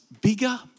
bigger